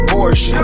Porsche